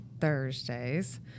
Thursdays